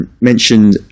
mentioned